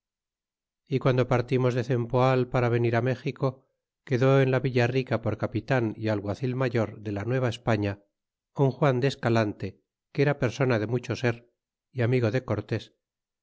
y guando partimos de cernpoal para venir méxico quedó en la villa rica por capitan y alguacil mayor de la nueva españa un juan de escalante que era persona de mucho sér y amigo de cortes